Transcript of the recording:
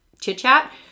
chit-chat